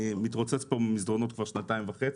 אני מתרוצץ פה במסדרונות כבר שנתיים וחצי.